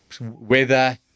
weather